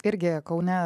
irgi kaune